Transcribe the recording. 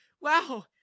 wow